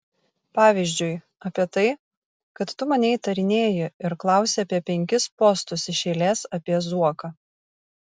pavyzdžiui apie tai kad tu mane įtarinėji ir klausi apie penkis postus iš eilės apie zuoką